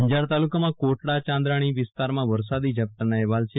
અંજાર તાલુકામાં કોટડા ચાંદરણી વિસ્તારમાં વરસાદી ઝાપટાના અહેવાલ છે